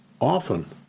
often